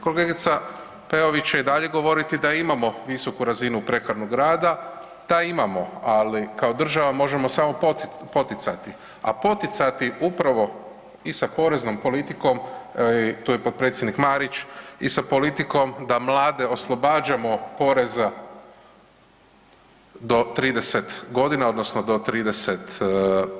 Kolegica Peović će i dalje govoriti da imamo visoku razinu prekarnog rada, da imamo, ali kao država možemo samo poticati, a poticati upravo i sa poreznom politikom, tu je potpredsjednik Marić i sa politikom da mlade oslobađamo poreza do 30.g. odnosno do 35.